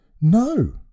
No